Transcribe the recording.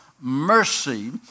mercy